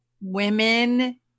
women